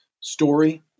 story